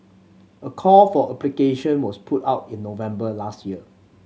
a call for application was put out in November last year